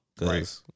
Right